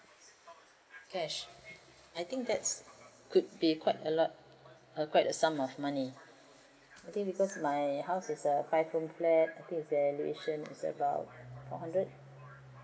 cash I think that's could be quite a lot a quite a sum of money I think because my house is a five room flat I think it's valuation is about four hundred